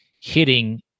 hitting –